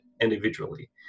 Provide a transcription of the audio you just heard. individually